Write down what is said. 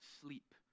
sleep